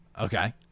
Okay